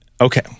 okay